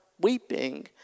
weeping